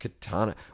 Katana